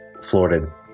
Florida